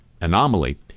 anomaly